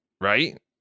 right